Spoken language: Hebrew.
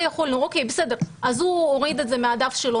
אוקי, בסדר, אז הוא הוריד את זה מהדף שלו.